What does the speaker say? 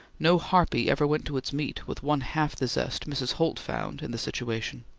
no harpy ever went to its meat with one half the zest mrs. holt found in the situation.